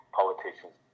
politicians